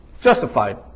justified